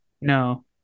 No